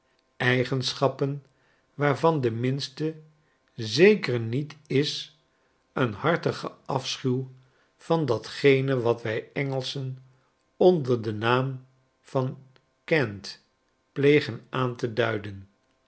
eigenschappen waarvan de minste zeker niet is een hartige afschuw van datgene wat wy engelschen onder den naam van cant plegen aan te duiden